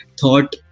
thought